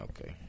Okay